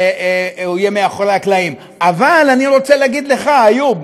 שיהיה מאחורי הקלעים, אני רוצה להגיד לך, איוב: